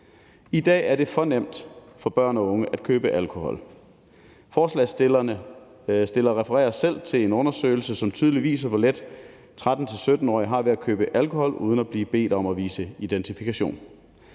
I dag er det for nemt for børn og unge at købe alkohol. Forslagsstillerne refererer selv til en undersøgelse, som tydeligt viser, hvor let 13-17-årige har ved at købe alkohol uden at blive bedt om at vise identifikation.